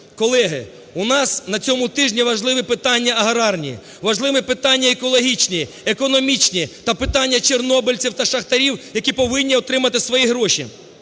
Колеги, у нас на цьому тижні важливі питання аграрні, важливі питання екологічні, економічні та питання чорнобильців та шахтарів, які повинні отримати свої гроші.